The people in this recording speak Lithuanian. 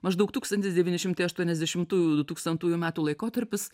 maždaug tūkstantis devyni šimtai aštuoniasdešimtųjų du tūkstantųjų metų laikotarpis